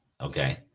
Okay